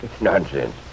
Nonsense